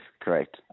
correct